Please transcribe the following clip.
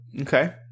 Okay